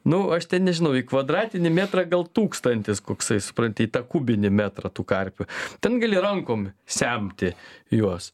nu aš ten nežinau į kvadratinį metrą gal tūkstantis koksai supranti į tą kubinį metrą tų karpių ten gali rankom semti juos